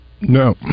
No